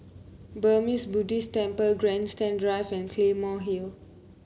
Burmese Buddhist Temple Grandstand Drive and Claymore Hill